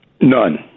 None